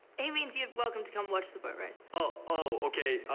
it means, you're welcome to come watch the boat race. oh, oh, ok.